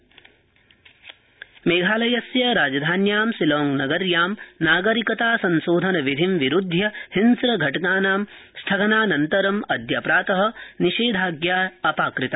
मेघालय मेघालयस्य राजधान्यां शिलांगनगर्या नागरिकता संशोधन विधिं विरुध्य हिंस्रघटनानां स्थगनानन्तरम् अद्य प्रात निषेधाज्ञा अपाकृता